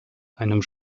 einem